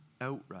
outright